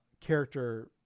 character